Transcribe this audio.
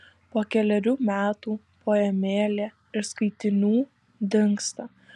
po kelerių metų poemėlė iš skaitinių dingsta